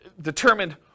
determined